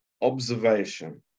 observation